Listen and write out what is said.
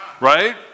Right